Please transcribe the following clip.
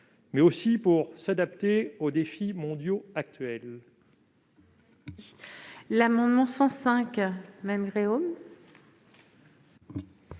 mais aussi pour s'adapter aux défis mondiaux actuels. L'amendement n° 105, présenté